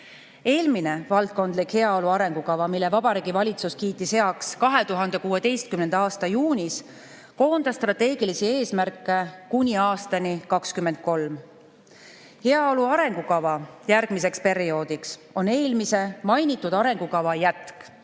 Eelmine valdkondlik heaolu arengukava, mille Vabariigi Valitsus kiitis heaks 2016. aasta juunis, koondas strateegilisi eesmärke kuni aastani 2023. Heaolu arengukava järgmiseks perioodiks on eelmise, mainitud arengukava jätk,